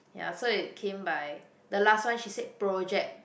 ya so it came by the last one she said project